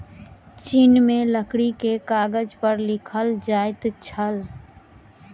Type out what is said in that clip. चीन में लकड़ी के कागज पर लिखल जाइत छल